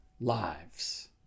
lives